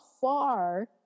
far